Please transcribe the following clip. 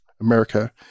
America